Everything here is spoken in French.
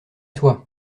toi